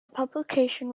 publication